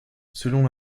selon